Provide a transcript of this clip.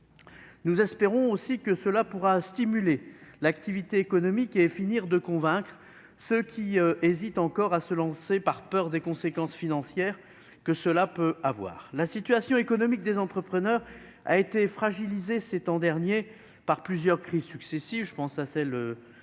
Nous espérons aussi que cela pourra stimuler l'activité économique et finir de convaincre ceux qui hésitent encore à se lancer, de peur des conséquences financières. La situation économique des entrepreneurs a été fragilisée ces temps derniers par plusieurs crises successives-